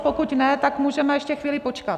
Pokud ne, tak můžeme ještě chvíli počkat.